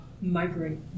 migrate